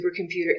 supercomputer